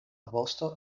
vosto